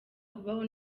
kubaho